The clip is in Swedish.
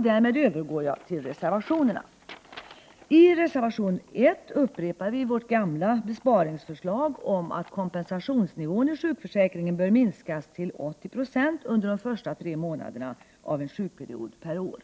Därmed övergår jag till reservationerna. I reservation 1 upprepar vi vårt gamla besparingsförslag om att kompensationsnivån i sjukförsäkringen skall minskas till 80 26 under de första tre månaderna av en sjukperiod per år.